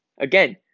Again